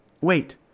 Wait